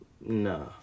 No